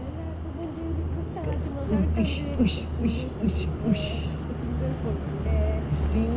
taj mahal single பசங்க:pasanga single பொண்ணுங்க:ponnunga